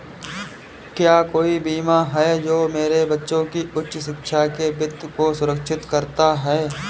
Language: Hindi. क्या कोई बीमा है जो मेरे बच्चों की उच्च शिक्षा के वित्त को सुरक्षित करता है?